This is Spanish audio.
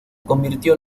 convirtió